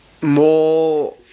more